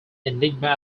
enigma